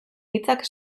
hitzak